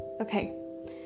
okay